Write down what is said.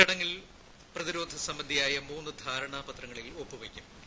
ചടങ്ങിൽ പ്രതിരോധ സാ്ബ്ധിയായ മൂന്ന് ധാരണാപത്രങ്ങളിൽ ഒപ്പുവെയ്ക്കും